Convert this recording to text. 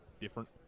different